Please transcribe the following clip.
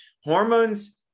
hormones